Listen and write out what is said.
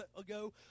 ago